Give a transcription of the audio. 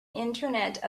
internet